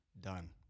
done